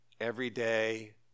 Everyday